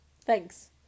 Thanks